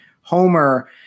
Homer